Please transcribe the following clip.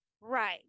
Right